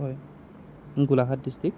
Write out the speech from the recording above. হয় গোলাঘাট ডিষ্ট্ৰিক্ট